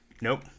Nope